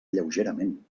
lleugerament